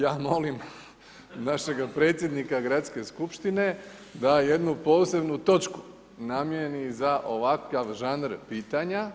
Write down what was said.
Ja molim našega predsjednika Gradske skupštine da jednu posebnu točku namijeni za ovakav žanr pitanja.